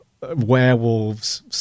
werewolves